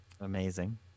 Amazing